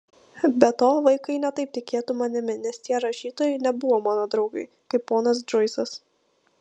be to vaikai ne taip tikėtų manimi nes tie rašytojai nebuvo mano draugai kaip kad ponas džoisas